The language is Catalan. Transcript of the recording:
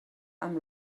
amb